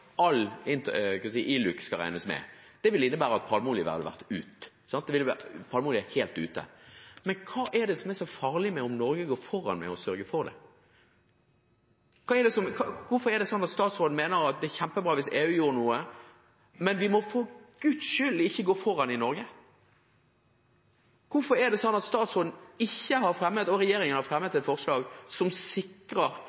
all ILUC, altså indirekte arealbruksendringer, skal regnes med, ville det innebære at palmeolje ville vært helt ute. Men hva er så farlig med at Norge går foran og sørger for det? Hvorfor mener statsråden at det er kjempebra hvis EU gjorde noe, men at vi for Guds skyld ikke må gå foran i Norge? Hvorfor har ikke statsråden og regjeringen fremmet et forslag som sikrer f.eks. en økning i avgiften på palmeolje, som vi har